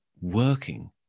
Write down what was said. working